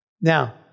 Now